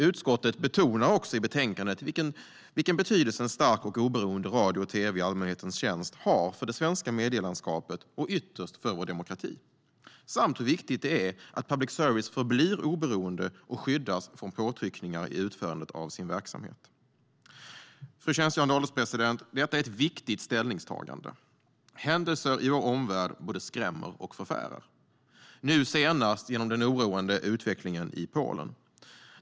Utskottet betonar också i betänkandet vilken betydelse en stark och oberoende radio och tv i allmänhetens tjänst har för det svenska medielandskapet och ytterst för vår demokrati samt hur viktigt det är att public service förblir oberoende och skyddas från påtryckningar i utförandet av sin verksamhet. Fru ålderspresident! Detta är ett viktigt ställningstagande. Händelser i vår omvärld både skrämmer och förfärar, nu senast genom den oroande utvecklingen i Polen.